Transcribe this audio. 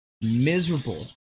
miserable